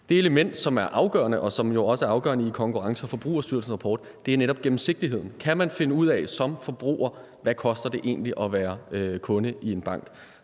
og som jo også er afgørende i Konkurrence- og Forbrugerstyrelsens rapport, er netop gennemsigtigheden. Kan man finde ud af som forbruger, hvad det egentlig koster at være kunde i en bank?